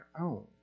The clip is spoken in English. own